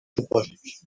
supòsits